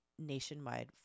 nationwide